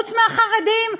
חוץ מהחרדים?